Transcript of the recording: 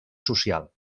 social